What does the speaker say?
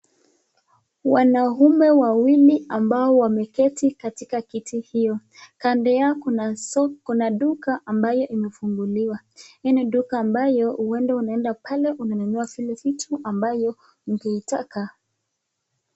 Wanaume wawili ambao wameketi katika kiti hio. Kando yao kuna duka ambayo imefunguliwa. Hii ni duka ambayo huenda unaenda pale unanunua vile vitu ambayo ungeitaka.